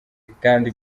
kandi